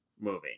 movie